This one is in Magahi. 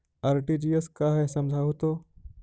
आर.टी.जी.एस का है समझाहू तो?